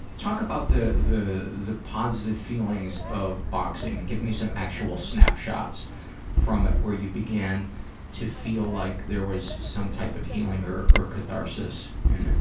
talk about the the positive feelings of boxing and give me some actual snapshots from where you began to feel like there was some type of healing or or catharsis. and